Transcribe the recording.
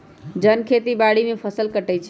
जन खेती बाड़ी में फ़सल काटइ छै